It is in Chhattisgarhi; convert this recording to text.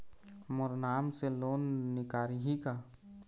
मोर नाम से लोन निकारिही का?